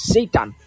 Satan